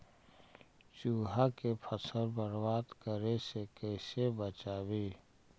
चुहा के फसल बर्बाद करे से कैसे बचाबी?